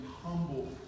humble